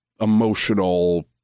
emotional